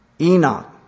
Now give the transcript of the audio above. Enoch